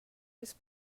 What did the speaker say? his